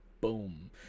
boom